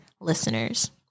listeners